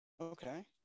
Okay